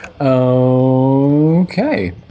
Okay